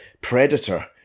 predator